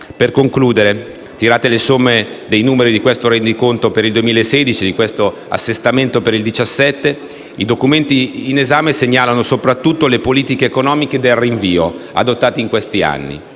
Per concludere, tirate le somme dei numeri di questo rendiconto per il 2016 e di questo assestamento per il 2017, i documenti in esame segnalano soprattutto le politiche economiche "del rinvio" adottate in questi anni